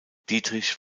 dietrich